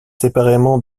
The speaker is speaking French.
séparément